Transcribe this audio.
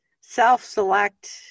self-select